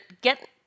get